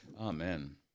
Amen